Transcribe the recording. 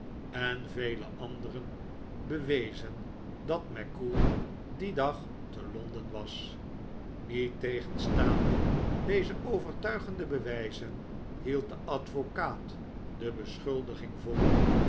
en vele anderen bewezen dat mackoull dien dag te londen was niettegenstaande deze overtuigende bewijzen hield de advocaat de beschuldiging vol